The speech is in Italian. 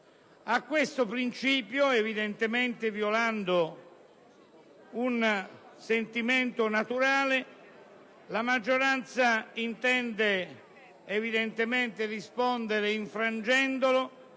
A tale principio, evidentemente violando un sentimento naturale, la maggioranza intende rispondere infrangendolo,